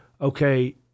okay